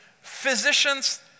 physicians